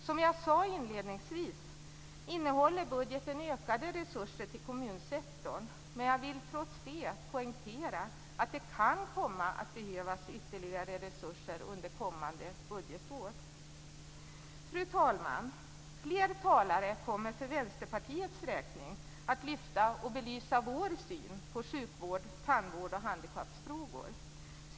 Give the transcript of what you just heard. Som jag sade inledningsvis innehåller budgeten ökade resurser till kommunsektorn, men jag vill trots det poängtera att det kan komma att behövas ytterligare resurser under kommande budgetår. Fru talman! Fler talare kommer för Vänsterpartiets räkning att lyfta fram och belysa vår syn på sjukvård, tandvård och handikappfrågor.